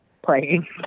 Playing